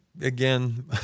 again